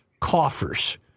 coffers